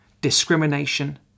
discrimination